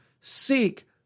seek